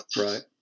Right